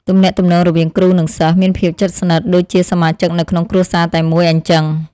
ទំនាក់ទំនងរវាងគ្រូនិងសិស្សមានភាពជិតស្និទ្ធដូចជាសមាជិកនៅក្នុងគ្រួសារតែមួយអញ្ចឹង។